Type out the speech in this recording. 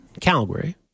Calgary